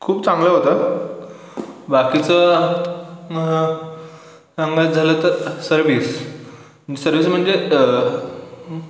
खूप चांगलं होतं बाकीचं सांगायच झालं तर सर्विस सर्विस म्हणजे